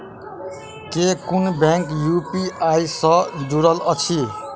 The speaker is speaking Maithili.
केँ कुन बैंक यु.पी.आई सँ जुड़ल अछि?